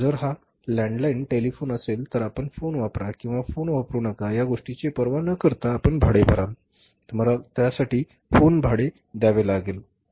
जर हा landline telephone असेल तर आपण फोन वापरा किंवा फोन वापरू नका या गोष्टीची पर्वा न करता आपण भाडे भराल तुम्हाला त्यासाठी फोन भाडे द्यावे लागेल बरोबर